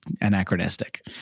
anachronistic